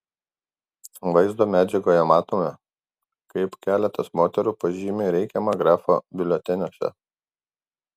vaizdo medžiagoje matoma kaip keletas moterų pažymi reikiamą grafą biuleteniuose